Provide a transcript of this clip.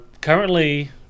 currently